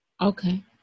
Okay